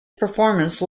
performance